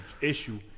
issue